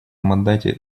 мандате